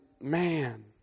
man